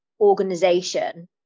organization